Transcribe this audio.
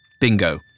Bingo